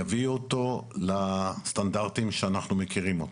יביאו אותו לסטנדרטים שאנחנו מכירים אותם,